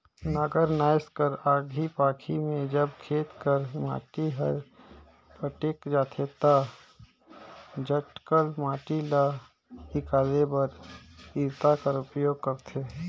नांगर नाएस कर आखी पाखी मे जब खेत कर माटी हर जटेक जाथे ता जटकल माटी ल हिकाले बर इरता कर उपियोग करथे